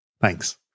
Thanks